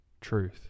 truth